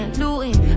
looting